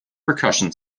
percussion